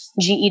GE